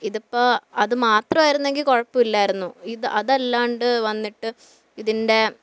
ഇതിപ്പോൾ അത് മാത്രവായിരുന്നെങ്കിൽ കുഴപ്പമില്ലായിരുന്നു ഇത് അതല്ലാണ്ട് വന്നിട്ട് ഇതിൻ്റെ